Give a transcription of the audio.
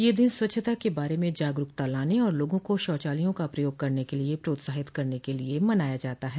यह दिन स्वच्छता के बारे में जागरूकता लाने और लोगों को शौचालयों का प्रयोग करने के लिए प्रोत्साहित करने के लिए मनाया जाता है